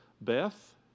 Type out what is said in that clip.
Beth